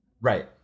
right